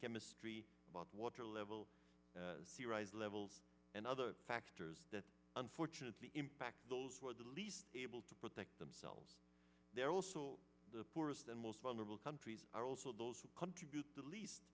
chemistry about water level rise levels and other toure's that unfortunately impact those were the least able to protect themselves they're also the poorest and most vulnerable countries are also those who contribute the least